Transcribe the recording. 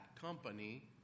company